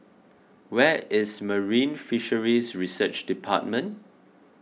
where is Marine Fisheries Research Department